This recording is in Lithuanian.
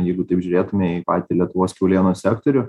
jeigu taip žiūrėtume į patį lietuvos kiaulienos sektorių